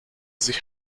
sich